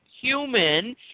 human